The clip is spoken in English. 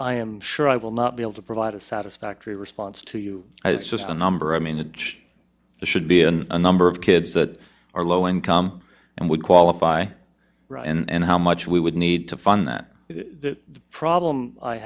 i am sure i will not be able to provide a satisfactory response to you it's just a number i mean the ditch should be in a number of kids that are low income and would qualify and how much we would need to fund that is the problem i